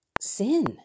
sin